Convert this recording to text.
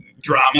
drama